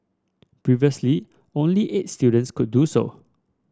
previously only eight students could do so